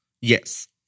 Yes